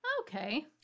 Okay